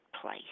place